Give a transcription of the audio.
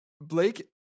Blake